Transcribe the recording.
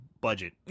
budget